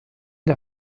der